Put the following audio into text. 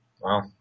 Wow